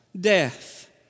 death